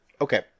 Okay